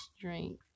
drink